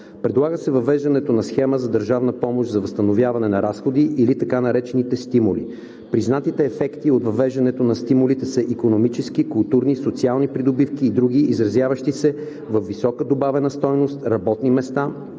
Предлага се въвеждането на схема за държавна помощ за възстановяване на разходи или така наречените стимули. Признатите ефекти от въвеждането на стимулите са икономически, културни, социални придобивки и други, изразяващи се във висока добавена стойност, работни места,